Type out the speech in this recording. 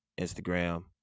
Instagram